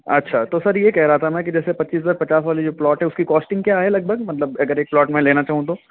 अच्छा तो सर यह कह रहा था मैं कि जैसे पच्चीस बाई पचास वाला जो प्लॉट है उसकी कॉस्टिंग क्या है लगभग मतलब अगर एक प्लॉट मैं लेना चाहूँ तो